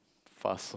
fuss